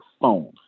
phone